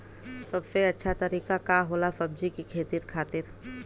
सबसे अच्छा तरीका का होला सब्जी के खेती खातिर?